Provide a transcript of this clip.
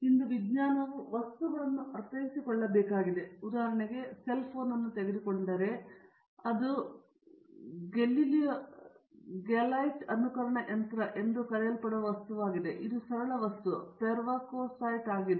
ಇಂದು ವಿಜ್ಞಾನವು ವಸ್ತುಗಳನ್ನು ಅರ್ಥೈಸಿಕೊಳ್ಳಬೇಕಾಗಿದೆ ಉದಾಹರಣೆಗೆ ನೀವು ಸೆಲ್ ಫೋನ್ ಅನ್ನು ತೆಗೆದುಕೊಳ್ಳುತ್ತಿದ್ದರೆ ಅದು ಗ್ಲೈಲೈಟ್ ಅನುರಣಕ ಯಂತ್ರ ಎಂದು ಕರೆಯಲ್ಪಡುವ ವಸ್ತುವಾಗಿದೆ ಇದು ಸರಳ ವಸ್ತು ಪೆರ್ವಕೊಸೈಟ್ ಆಗಿದೆ